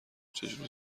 چجوری